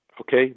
okay